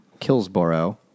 Killsboro